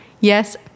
Yes